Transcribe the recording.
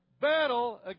battle